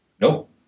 Nope